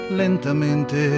lentamente